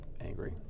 angry